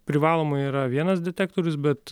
privaloma yra vienas detektorius bet